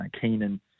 Keenan